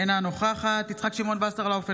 אינה נוכחת יצחק שמעון וסרלאוף,